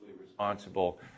responsible